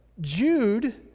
Jude